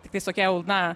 tiktais tokie jau na